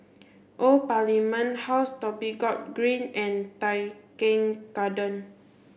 old Parliament House Dhoby Ghaut Green and Tai Keng Garden